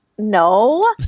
No